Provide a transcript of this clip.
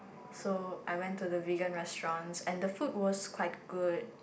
so I went to the vegan restaurants and the food was quite good